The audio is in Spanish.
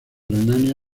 renania